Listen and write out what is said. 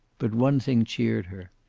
but one thing cheered her.